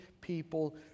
people